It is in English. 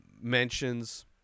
mentions